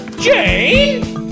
Jane